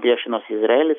priešinosi izraelis